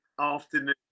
afternoon